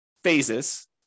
phases